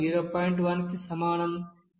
1 కి సమానం x2 0